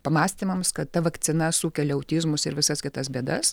pamąstymams kad ta vakcina sukelia autizmus ir visas kitas bėdas